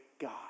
God